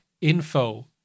info